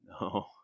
No